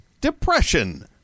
Depression